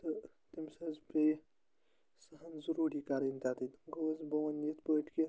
تہٕ تٔمِس حظ پیٚیہِ سۄ ہان ضروٗری کَرٕنۍ تَتیٚتھ گوٚو حظ بہٕ وَنہٕ یِتھ پٲٹھۍ کہِ